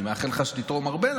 אני מאחל לך שתתרום הרבה,